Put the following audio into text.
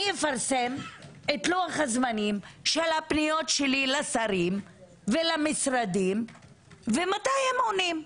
אני אפרסם את לוח הזמנים של הפניות שלי לשרים ולמשרדים ומתי הם עונים.